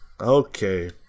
Okay